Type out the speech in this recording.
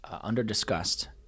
under-discussed